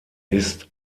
ist